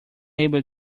able